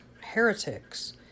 heretics